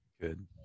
Good